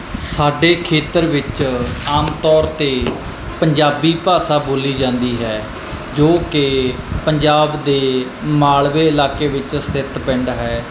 ਸਾਡੇ ਖੇਤਰ ਵਿੱਚ ਆਮ ਤੌਰ 'ਤੇ ਪੰਜਾਬੀ ਭਾਸ਼ਾ ਬੋਲੀ ਜਾਂਦੀ ਹੈ ਜੋ ਕਿ ਪੰਜਾਬ ਦੇ ਮਾਲਵੇ ਇਲਾਕੇ ਵਿੱਚ ਸਥਿਤ ਪਿੰਡ ਹੈ